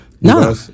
No